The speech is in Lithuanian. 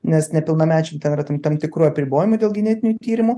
nes nepilnamečiam ten yra tam tam tikrų apribojimų dėl genetinių tyrimų